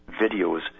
videos